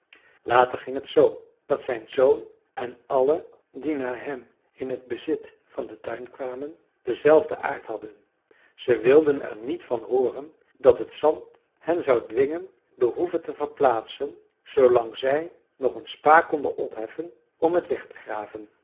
later ging het zoo dat zijn zoon en allen die na hem in het bezit van den tuin kwamen denzelfden aard hadden ze wilden er niet van hooren dat het zand hen zou dwingen de hoeve te verplaatsen zoolang zij nog een spa konden opheffen om het weg te graven